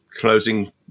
closing